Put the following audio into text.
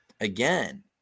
Again